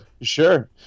Sure